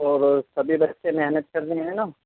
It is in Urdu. اور سبھی بچے محنت کر رہے ہیں نا